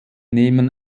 nehmen